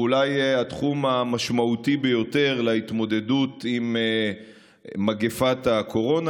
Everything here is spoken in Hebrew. הוא אולי התחום המשמעותי ביותר להתמודדות עם מגפת הקורונה,